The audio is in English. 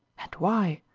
and why?